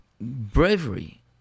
bravery